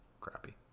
crappy